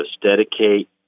dedicate